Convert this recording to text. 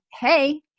hey